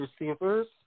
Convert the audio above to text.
receivers